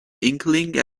inkling